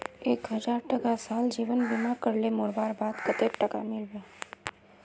एक हजार टका साल जीवन बीमा करले मोरवार बाद कतेक टका मिलबे?